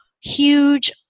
huge